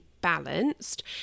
balanced